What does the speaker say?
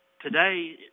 today